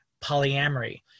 polyamory